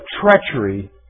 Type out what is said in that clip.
treachery